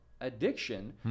addiction